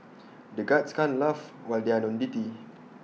the guards can't laugh when they are on duty